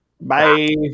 Bye